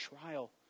trial